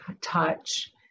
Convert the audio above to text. touch